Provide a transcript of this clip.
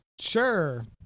Sure